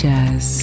Jazz